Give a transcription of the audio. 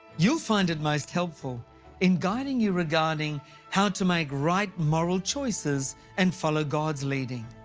you'll find it most helpful in guiding you regarding how to make right moral choices and follow god's leading.